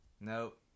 Nope